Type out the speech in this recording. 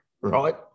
right